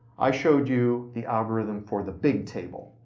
i showed you the algorithm for the big table,